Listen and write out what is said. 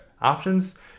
options